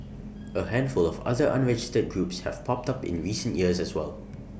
A handful of other unregistered groups have popped up in recent years as well